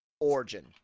origin